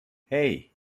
hey